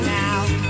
now